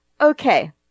Okay